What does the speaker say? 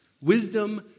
Wisdom